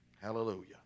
Hallelujah